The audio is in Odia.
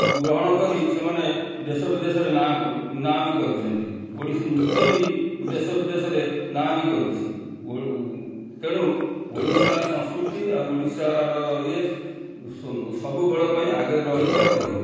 ଓ ଗ୍ରହଣ କରି ସେମାନେ ଦେଶବିଦେଶରୁ ନାଁ ବି କରିଛନ୍ତି ଓଡ଼ିଶୀ ନୃତ୍ୟ ବି ଦେଶବିଦେଶରେ ନାଁ ବି କରିଛି ତେଣୁ ଓଡ଼ିଶା ସଂସ୍କୃତି ଆଉ ଓଡ଼ିଶାର ଇଏ ସବୁବେଳେ ପାଇଁ ଆଗରେ ରହିଛି ଆଉ ରହିବ